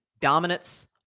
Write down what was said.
dominance